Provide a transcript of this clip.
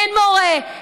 אין מורה,